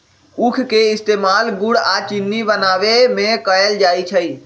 उख के इस्तेमाल गुड़ आ चिन्नी बनावे में कएल जाई छई